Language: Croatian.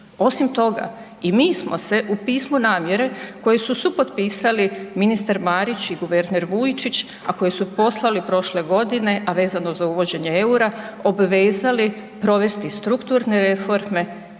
Osim toga, i mi smo se u pismu namjere koji su supotpisali ministar Marić i guverner Vujčić, a koji su poslali prošle godine, a vezano za uvođenje EUR-a obvezali provesti strukturne reforme